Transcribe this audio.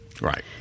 right